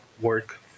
work